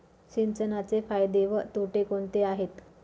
सिंचनाचे फायदे व तोटे कोणते आहेत?